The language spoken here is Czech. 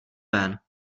ven